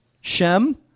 Shem